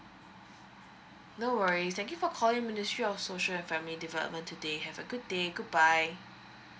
no worries thank you for calling ministry of social and family development today have a good day goodbye